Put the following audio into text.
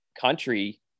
country